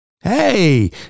Hey